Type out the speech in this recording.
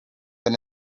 been